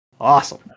Awesome